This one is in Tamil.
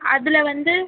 அதில வந்து